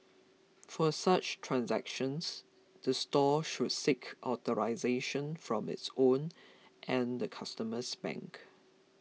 for such transactions the store should seek authorisation from its own and the customer's bank